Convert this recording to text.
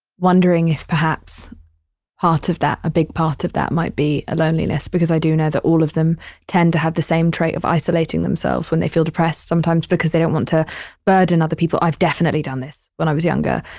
wondering if perhaps part of that, a big part of that might be loneliness, because i do know that all of them tend to have the same trait of isolating themselves when they feel depressed sometimes because they don't want to burden other people i've definitely done this. when i was younger.